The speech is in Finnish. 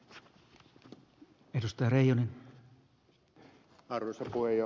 arvoisa puhemies